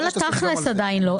כל התכל'ס עדיין לא.